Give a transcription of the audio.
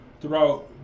throughout